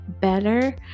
better